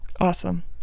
Awesome